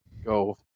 go